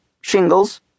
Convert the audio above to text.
shingles